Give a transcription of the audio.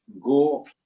go